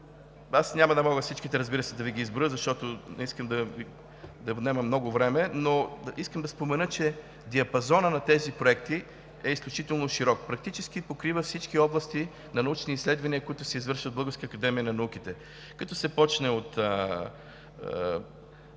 аз няма да мога всичките да ги изброя, защото не искам да отнемам много време, но искам да спомена, че диапазонът на тези проекти е изключително широк – практически покрива всички области на научни изследвания, които се извършват в Българската академия на науките. Като се започне от